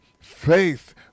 Faith